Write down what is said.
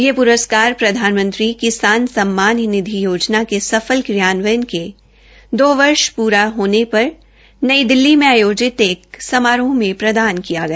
यह प्रस्कार प्रधानमंत्री किसान सम्मान निधी योजना के सफल क्रियान्वयन के दो वर्ष पूर्ण होने पर नई दिल्ली में आयोजित एक समारोह में प्रदान किया गया